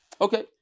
okay